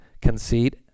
conceit